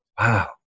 wow